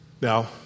Now